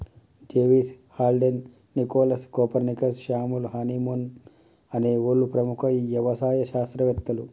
జెవిస్, Haldane, Nicholas, Copernicus, Samuel Hahnemann అనే ఓళ్ళు ప్రముఖ యవసాయ శాస్త్రవేతలు